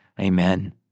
Amen